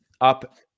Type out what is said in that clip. up